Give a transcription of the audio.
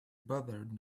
bothered